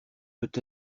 peut